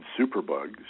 superbugs